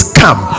come